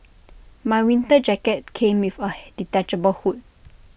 my winter jacket came with A detachable hood